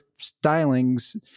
stylings